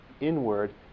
inward